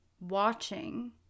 watching